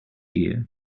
year